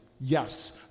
Yes